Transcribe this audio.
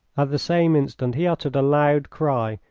at the same instant he uttered a loud cry,